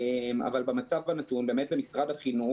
במצב הנתון למשרד החינוך,